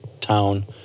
town